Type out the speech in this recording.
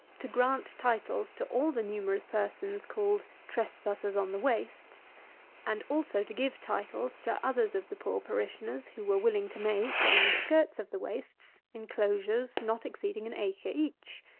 to grant titles to all the numerous persons called trespassers on the wastes and also to give titles to others of the poor parishioners, who were willing to make, on the skirts of the wastes, enclosures not exceeding an acre each.